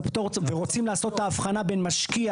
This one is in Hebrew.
ורוצים לעשות את ההבחנה בין משקיע,